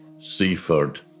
Seaford